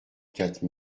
quatre